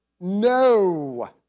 no